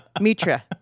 Mitra